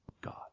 God